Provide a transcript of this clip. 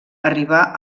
arribà